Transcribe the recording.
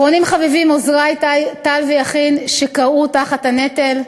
אחרונים חביבים, עוזרי טל ויכין, שכרעו תחת הנטל.